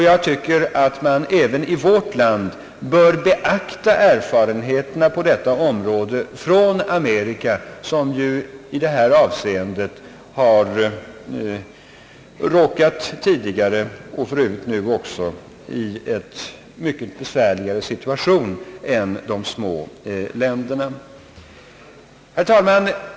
Jag tycker att man även i vårt land bör beakta erfarenheterna på detta område från Amerika som ju när det gäller narkotikamissbruk tidigt råkade i en mycket besvärligare situation än de små länderna. Herr talman!